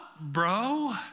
bro